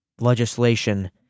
legislation